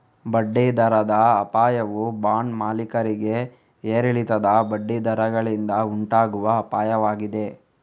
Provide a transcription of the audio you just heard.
ಬಡ್ಡಿ ದರದ ಅಪಾಯವು ಬಾಂಡ್ ಮಾಲೀಕರಿಗೆ ಏರಿಳಿತದ ಬಡ್ಡಿ ದರಗಳಿಂದ ಉಂಟಾಗುವ ಅಪಾಯವಾಗಿದೆ